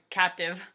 captive